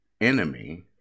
enemy